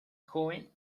joven